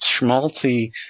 schmaltzy